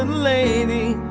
and lady.